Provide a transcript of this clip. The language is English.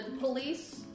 police